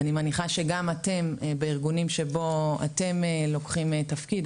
אני מניחה שגם אתם בארגונים שבהם אתם לוקחים תפקיד,